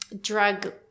drug